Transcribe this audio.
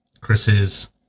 Chris's